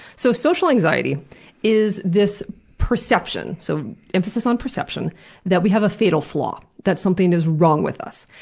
so social anxiety is this perception so emphasis on perception that we have a fatal flaw, that something is wrong with us,